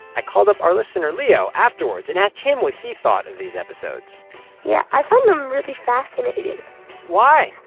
i called up our listener leo afterwards and asked him what he thought of these episodes yeah, i found them really fascinating why?